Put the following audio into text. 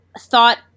thought